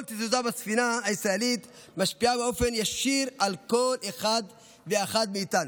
כל תזוזה בספינה הישראלית משפיעה באופן ישיר על כל אחד ואחת מאיתנו,